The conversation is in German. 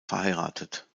verheiratet